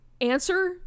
answer